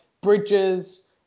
Bridges